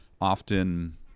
often